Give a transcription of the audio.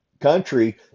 country